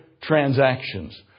transactions